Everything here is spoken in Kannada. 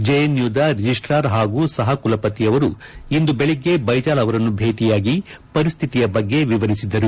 ಜೆಎನ್ಯುದ ರಿಜಿಸ್ಟಾರ್ ಹಾಗೂ ಸಹ ಕುಲಪತಿಯವರು ಇಂದು ಬೆಳಗ್ಗೆ ಬ್ಲೆಜಾಲ್ ಅವರನ್ನು ಭೇಟಿಯಾಗಿ ಪರಿಸ್ಹಿತಿಯ ಬಗ್ಗೆ ವಿವರಿಸಿದರು